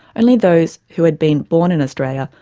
only those who had been born in australia,